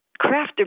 crafted